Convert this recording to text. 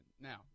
Now